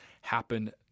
happen